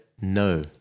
no